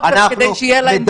וזה כדי שיהיה להם